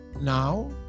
now